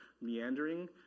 meandering